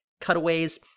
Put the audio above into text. cutaways